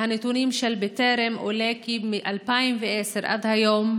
מהנתונים של בטרם עולה כי מ-2010 עד היום